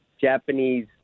Japanese